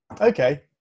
Okay